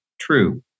true